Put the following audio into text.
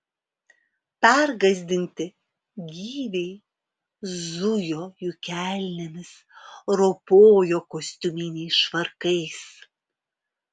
pergąsdinti gyviai zujo jų kelnėmis ropojo kostiuminiais švarkais